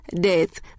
Death